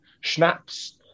schnapps